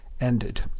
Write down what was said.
ended